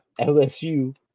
LSU